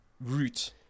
route